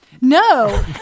No